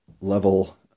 level